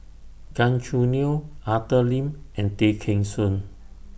Gan Choo Neo Arthur Lim and Tay Kheng Soon